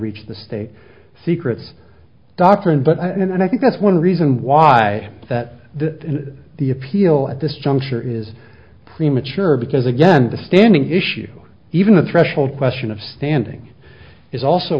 reach the state secrets doctrine but i don't and i think that's one reason why that the the appeal at this juncture is premature because again the standing issue even the threshold question of standing is also